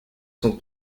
son